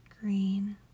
green